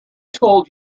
told